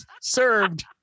served